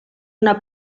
una